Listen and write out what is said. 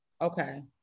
okay